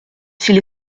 s’il